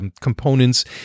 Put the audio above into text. components